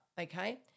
okay